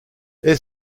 est